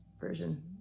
Version